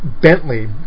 Bentley